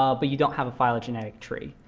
ah but you don't have a phylogenetic tree.